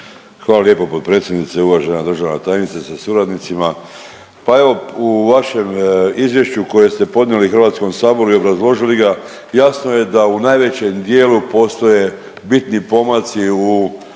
Hvala lijepo potpredsjednice, uvažena državna tajnice sa suradnicima. Pa evo u vašem izvješću koje ste podnijeli Hrvatskom saboru i obrazložili ga jasno je da u najvećem dijelu postoje bitni pomaci u